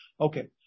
Okay